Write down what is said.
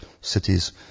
cities